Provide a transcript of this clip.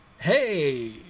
hey